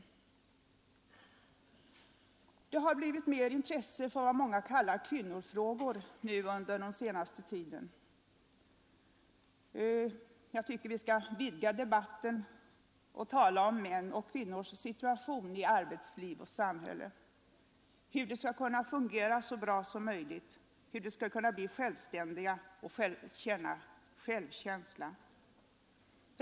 Det har under den senaste tiden blivit mer intresse för vad många kallar kvinnofrågor. Jag tycker att vi skall vidga debatten och tala om mäns och kvinnors situation i arbetsliv och samhälle, om hur de skall kunna fungera så bra som möjligt, om hur de skall bli självständiga och få självkänsla.